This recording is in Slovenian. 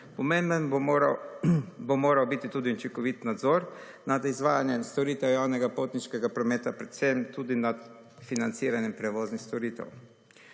Pomemben bo moral biti tudi učinkovit nadzor nad izvajanjem storitev javnega potniškega prometa predvsem tudi nad financiranjem prevoznih storitev.